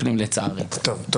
המשפטי,